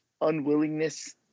unwillingness